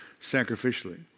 sacrificially